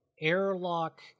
airlock